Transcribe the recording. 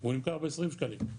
הוא נמכר ב-20 שקלים.